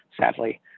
sadly